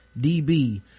db